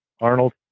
Arnold